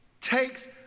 takes